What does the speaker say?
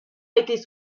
été